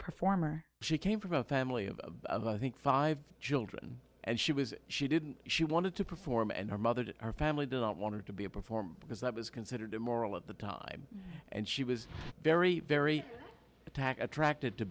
performer she came from a family of i think five children and she was she didn't she wanted to perform and her mother to her family didn't want her to be a performer because that was considered immoral at the time and she was very very attack attracted to